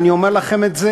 אני אומר לכם את זה,